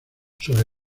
sobre